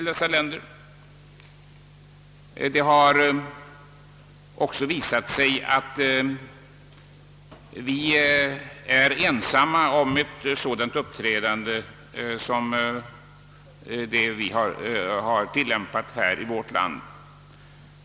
Det har också visat sig att vi är ensamma om det uppträdande som vårt land har tillämpat.